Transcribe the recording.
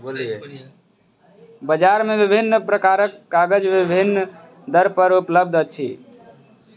बजार मे विभिन्न प्रकारक कागज विभिन्न दर पर उपलब्ध अछि